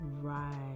Right